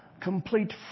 complete